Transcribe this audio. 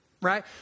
Right